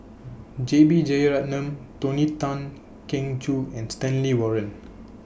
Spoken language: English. J B Jeyaretnam Tony Tan Keng Joo and Stanley Warren